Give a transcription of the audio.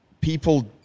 People